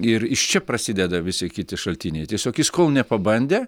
ir iš čia prasideda visi kiti šaltiniai tiesiog jis kol nepabandė